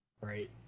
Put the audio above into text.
right